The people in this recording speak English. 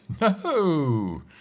No